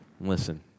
Listen